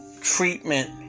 treatment